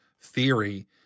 theory